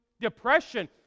Depression